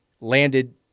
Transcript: landed